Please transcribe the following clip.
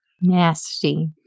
Nasty